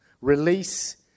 Release